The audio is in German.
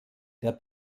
der